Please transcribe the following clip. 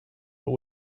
but